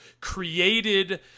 created